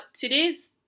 today's